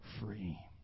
free